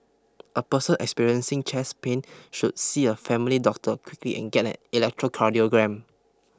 a person experiencing chest pain should see a family doctor quickly and get an electrocardiogram